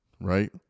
right